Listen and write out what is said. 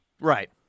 Right